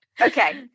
Okay